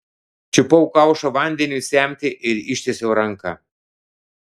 čiupau kaušą vandeniui semti ir ištiesiau ranką